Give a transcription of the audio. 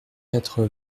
quatre